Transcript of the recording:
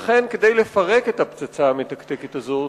לכן, כדי לפרק את הפצצה המתקתקת הזאת,